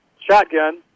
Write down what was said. shotgun